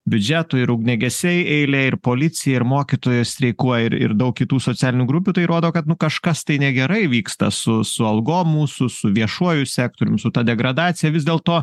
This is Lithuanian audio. biudžeto ir ugniagesiai eilėj ir policija ir mokytojai streikuoja ir ir daug kitų socialinių grupių tai rodo kad nu kažkas tai negerai vyksta su su algom mūsų su viešuoju sektorium su ta degradacija vis dėlto